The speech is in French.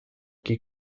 qui